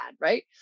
right